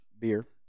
beer